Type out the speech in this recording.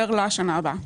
שעברה.